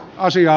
asiaa